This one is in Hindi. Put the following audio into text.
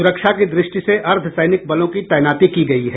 सुरक्षा की दृष्टि से अर्द्वसैनिक बलों की तैनाती की गयी है